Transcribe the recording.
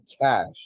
Cash